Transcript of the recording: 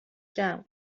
جمع